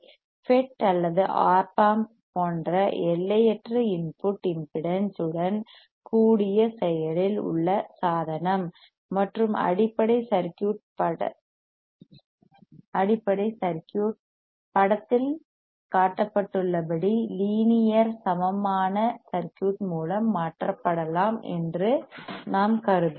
FET அல்லது Op amp போன்ற எல்லையற்ற இன்புட் இம்பெடன்ஸ் உடன் கூடிய செயலில் உள்ள சாதனம் மற்றும் அடிப்படை சர்க்யூட் படத்தில் காட்டப்பட்டுள்ளபடி லீனியர் சமமான சர்க்யூட் மூலம் மாற்றப்படலாம் என்று நாம் கருதுவோம்